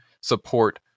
support